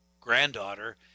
granddaughter